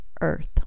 Earth